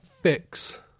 fix